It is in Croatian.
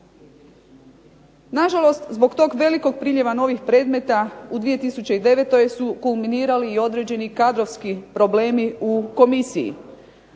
Nažalost, zbog tog velikog priljeva novih predmeta u 2009. su kulminirali i određeni kadrovski problemi u komisiji.